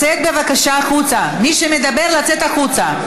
בוקר, אינה נוכחת דוד